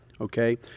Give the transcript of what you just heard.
Okay